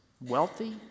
wealthy